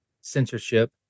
censorship